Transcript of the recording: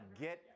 get